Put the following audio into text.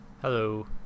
Hello